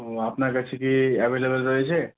ও আপনার কাছে কি অ্যাভেলেবেল রয়েছে